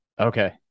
Okay